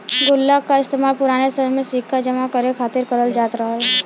गुल्लक का इस्तेमाल पुराने समय में सिक्का जमा करे खातिर करल जात रहल